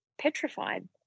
petrified